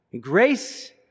Grace